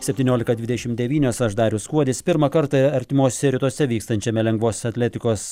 septyniolika dvidešim devynios aš darius kuodis pirmą kartą artimuose rytuose vykstančiame lengvosios atletikos